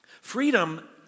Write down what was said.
Freedom